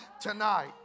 tonight